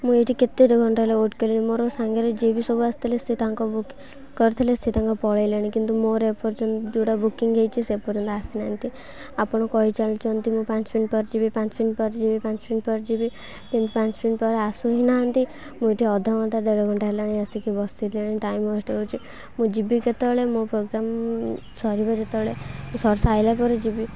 ମୁଁ ଏଇଠି କେତେ ଦେଢ଼ ଘଣ୍ଟା ହେଲେ ୱେଟ୍ କଲିଣି ମୋର ସାଙ୍ଗରେ ଯିଏ ବି ସବୁ ଆସିଥିଲେ ସେ ତାଙ୍କ ବୁକିଂ କରିଥିଲେ ସେ ତାଙ୍କ ପଳାଇଲେଣି କିନ୍ତୁ ମୋର ଏପର୍ଯ୍ୟନ୍ତ ଯେଉଁଟା ବୁକିଂ ହେଇଛି ସେ ପର୍ଯ୍ୟନ୍ତ ଆସିନାହାନ୍ତି ଆପଣ କହିଚାଲିଛନ୍ତି ମୁଁ ପାଞ୍ଚ ମିନିଟ୍ ପରେ ଯିବି ପାଞ୍ଚ ମିନିଟ୍ ପରେ ଯିବି ପାଞ୍ଚ ମିନିଟ୍ ପରେ ଯିବି କିନ୍ତୁ ପାଞ୍ଚ ମିନିଟ୍ ପରେ ଆସୁ ହି ନାହାନ୍ତି ମୁଁ ଏଇଠି ଅଧଘଣ୍ଟା ଦେଢ଼ ଘଣ୍ଟା ହେଲାଣି ଆସିକି ବସିଲିଣି ଟାଇମ୍ ୱେଷ୍ଟ ହେଉଛି ମୁଁ ଯିବି କେତେବେଳେ ମୋ ପ୍ରୋଗ୍ରାମ ସରିବ ଯେତେବେଳେ ସରି ସାରିଲା ପରେ ଯିବି